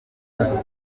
yafashwe